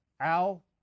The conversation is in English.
Al